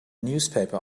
newspaper